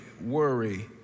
worry